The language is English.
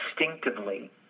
instinctively